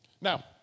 Now